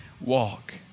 walk